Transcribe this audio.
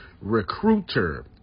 recruiter